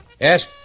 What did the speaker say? Yes